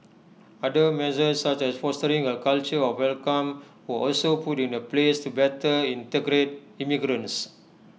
other measures such as fostering A culture of welcome were also put in A place to better integrate immigrants